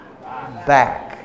back